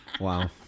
Wow